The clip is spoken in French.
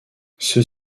ceux